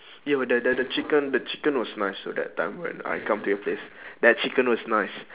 yo the the the chicken the chicken was nice so that time when I come to your place that chicken was nice